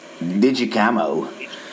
Digicamo